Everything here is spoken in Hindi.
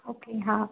ओके हाँ